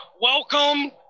Welcome